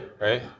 right